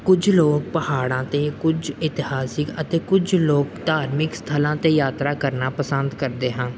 ਕੁਝ ਲੋਕ ਪਹਾੜਾਂ 'ਤੇ ਕੁਝ ਇਤਿਹਾਸਿਕ ਅਤੇ ਕੁਝ ਲੋਕ ਧਾਰਮਿਕ ਸਥਲਾਂ 'ਤੇ ਯਾਤਰਾ ਕਰਨਾ ਪਸੰਦ ਕਰਦੇ ਹਨ